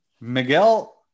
Miguel